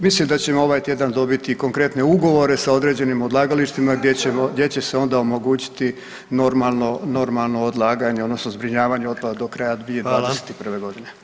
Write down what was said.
Mislim da ćemo ovaj tjedan dobiti konkretne ugovore sa određenim odlagalištima gdje će se onda omogućiti normalno odlaganje odnosno zbrinjavanje otpada do kraja 2021.g.